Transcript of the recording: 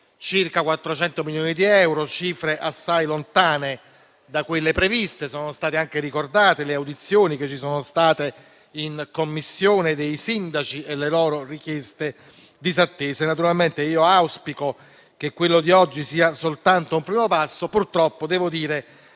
circa 400 milioni di euro, cifre assai lontane da quelle previste. Sono state anche ricordate le audizioni che ci sono state in Commissione dei sindaci e le loro richieste disattese. Naturalmente auspico che quello di oggi sia soltanto un primo passo, ma purtroppo devo dire